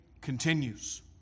continues